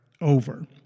over